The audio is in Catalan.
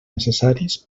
necessaris